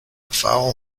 foul